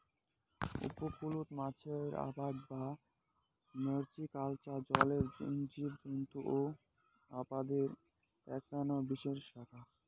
উপকূলত মাছের আবাদ বা ম্যারিকালচার জলের জীবজন্ত আবাদের এ্যাকনা বিশেষ শাখা